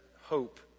hope